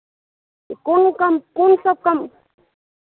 कौन कम् कौन सब कम्